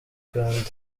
kandi